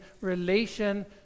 relation